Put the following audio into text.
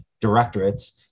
directorates